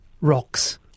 rocks